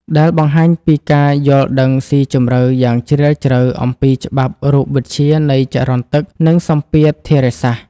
ដែលបង្ហាញពីការយល់ដឹងស៊ីជម្រៅយ៉ាងជ្រាលជ្រៅអំពីច្បាប់រូបវិទ្យានៃចរន្តទឹក និងសម្ពាធធារាសាស្ត្រ។